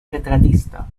retratista